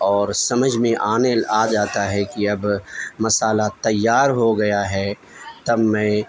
اور سمجھ میں آنے آ جاتا ہے کہ اب مسالہ تیار ہوگیا ہے تب میں